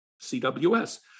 CWS